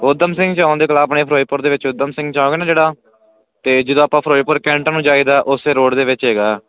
ਉਧਮ ਸਿੰਘ ਚੋਂਕ ਦੇ ਕੋਲ ਆਪਣੇ ਫਿਰੋਜਪੁਰ ਦੇ ਵਿੱਚ ਉੱਧਮ ਸਿੰਘ ਚੋਂਕ ਹੈ ਨੇ ਜਿਹੜਾ ਤੇ ਜਦੋਂ ਆਪਾਂ ਫਿਰੋਜਪੁਰ ਕੈਂਟਮ ਜਾਈਦਾ ਉਸੇ ਰੋਡ ਦੇ ਵਿੱਚ ਹੈਗਾ